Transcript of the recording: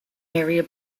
area